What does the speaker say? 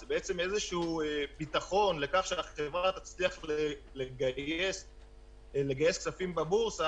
זה איזשהו ביטחון לכך שהחברה תצליח לגייס כספים בבורסה.